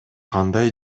кандай